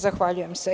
Zahvaljujem se.